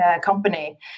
company